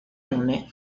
nome